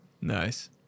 Nice